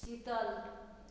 Shital